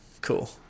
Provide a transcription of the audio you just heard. Cool